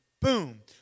boom